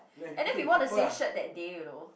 and then we wore the same shirt that day you know